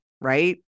right